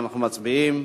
אנחנו מצביעים.